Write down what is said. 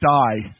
die